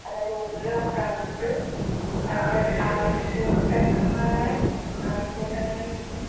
അതായത് ഓരോരോ ക്രൗഡ് അതുപോലെ ആൾക്കൂട്ടങ്ങളെ ആൾക്കൂട്ടങ്ങളിൽനിന്ന്